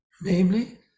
namely